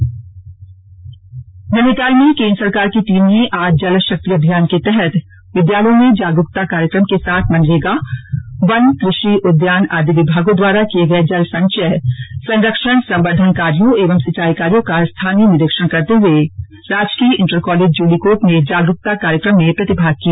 जागरुता अभियान नैनीताल में केन्द्र सरकार की टीम ने आज जल शक्ति अभियान के तहत विद्यालयों में जाग रूकता कार्यक्रम के साथ मनरेगा वन कृषि उद्यान आदि विभागों द्वारा किए गए जल संचय संरक्षण संवर्द्धन कार्यो एवं सिंचाई कार्यों का स्थानीय निरीक्षण करते हुए राजकीय इण्टर कॉलेज ज्योलीकोट में जागरूकता कार्यक्रम में प्रतिभाग किया